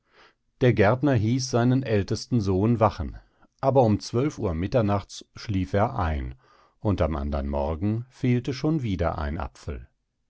der gärtner hieß seinen ältesten sohn wachen aber um zwölf uhr mitternachts schlief er ein und am andern morgen fehlte schon wieder ein apfel